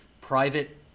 private